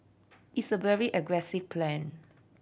it's a very aggressive plan